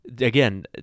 again